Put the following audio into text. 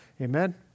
Amen